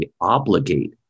obligate